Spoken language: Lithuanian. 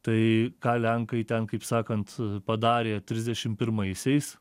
tai ką lenkai ten kaip sakant padarė trisdešim pirmaisiais